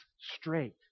straight